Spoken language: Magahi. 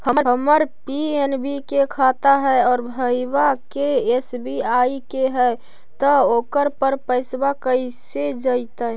हमर पी.एन.बी के खाता है और भईवा के एस.बी.आई के है त ओकर पर पैसबा कैसे जइतै?